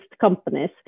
companies